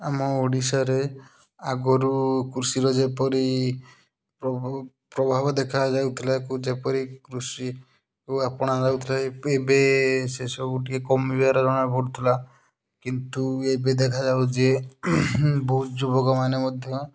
ଆମ ଓଡ଼ିଶାରେ ଆଗରୁ କୃଷିର ଯେପରି ପ୍ରଭାବ ଦେଖାଯାଉଥିଲା ଯେପରି କୃଷିକୁ ଆପଣା ଯାଉଥାଏ ଏବେ ସେସବୁ ଟିକେ କମ୍ ମିଳିବାର ଜଣା ପଡ଼ୁଥିଲା କିନ୍ତୁ ଏବେ ଦେଖାଯାଉଛି ଯେ ବହୁତ ଯୁବକମାନେ ମଧ୍ୟ